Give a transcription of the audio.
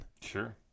Sure